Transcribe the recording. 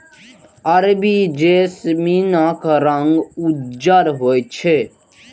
अरबी जैस्मीनक रंग उज्जर होइ छै